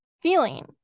feeling